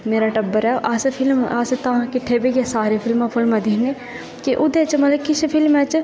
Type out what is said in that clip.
ते अस फिल्म अस तां किट्ठे बेहियै फिल्मां दिक्खने ते ओह्दे च तां किसै फिल्में च